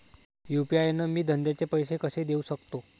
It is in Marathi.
यू.पी.आय न मी धंद्याचे पैसे कसे देऊ सकतो?